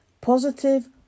Positive